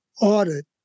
audit